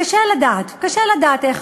קשה לדעת, קשה לדעת איך